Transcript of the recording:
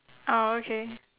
oh okay